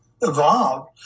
evolved